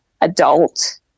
adult